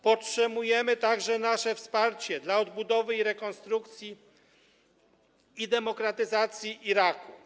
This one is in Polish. Podtrzymujemy także nasze wsparcie dla odbudowy, rekonstrukcji i demokratyzacji Iraku.